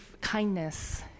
kindness